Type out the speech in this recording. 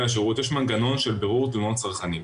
לשירות יש מנגנון של בירור תלונות צרכנים.